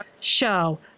show